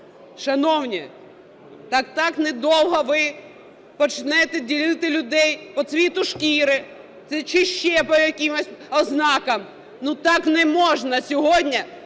Шановні, та так недовго, ви почнете ділити людей по цвету шкіри чи ще по якимось ознакам. Так не можна – сьогодні